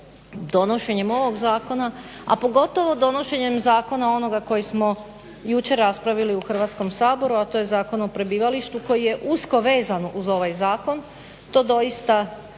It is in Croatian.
donošenjem ovog zakona, a pogotovo donošenjem zakona onoga koji smo jučer raspravili u Hrvatskom saboru, a to je Zakon o prebivalištu koji je usko vezan uz ovaj zakon to doista